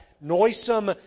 noisome